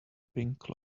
pink